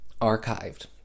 archived